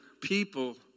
people